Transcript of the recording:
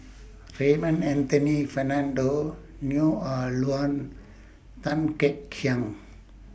Raymond Anthony Fernando Neo Ah Luan Tan Kek